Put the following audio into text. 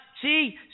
See